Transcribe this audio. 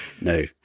no